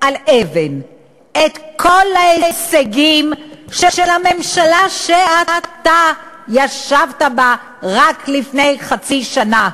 על אבן את כל ההישגים של הממשלה שאתה ישבת בה רק לפני חצי שנה,